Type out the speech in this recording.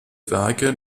werke